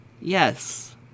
Yes